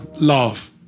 love